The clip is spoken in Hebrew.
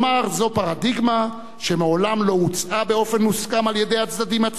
זו פרדיגמה שמעולם לא הוצעה באופן מוסכם על-ידי הצדדים עצמם,